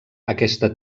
aquesta